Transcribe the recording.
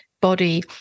body